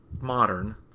modern